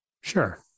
Sure